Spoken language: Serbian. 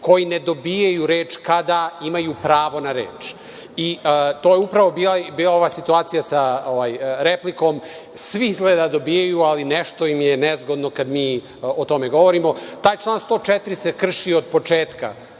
koji ne dobijaju reč kada imaju pravo na reč. To je upravo bila ova situacija sa replikom, svi izgleda dobijaju, ali nešto im je nezgodno kad mi o tome govorimo. Taj član 104. se krši od početka,